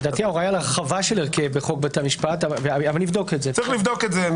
לדעתי ההוראה היא על הרחבה של חוק בתי המשפט אבל נבדוק את זה.